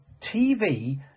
TV